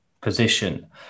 position